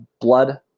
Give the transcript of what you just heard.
blood